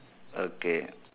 okay